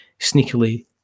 sneakily